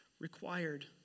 required